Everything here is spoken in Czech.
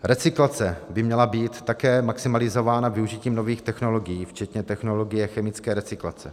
Recyklace by měla být také maximalizována využitím nových technologií včetně technologie chemické recyklace.